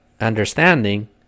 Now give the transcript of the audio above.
understanding